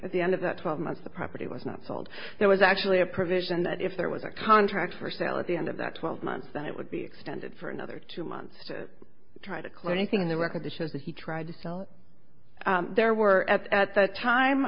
at the end of that twelve months the property was not sold there was actually a provision that if there was a contract for sale at the end of that twelve months that it would be extended for another two months to try to clear anything in the record to show that he tried to sell there were at at the time